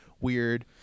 weird